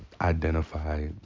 identify